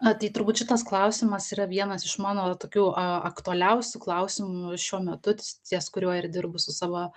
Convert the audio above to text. na tai turbūt šitas klausimas yra vienas iš mano tokių aktualiausių klausimų šiuo metu ties kuriuo ir dirbu su savo